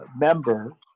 member